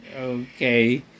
Okay